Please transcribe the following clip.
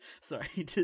Sorry